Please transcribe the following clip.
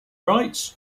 rights